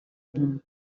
him